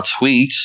tweets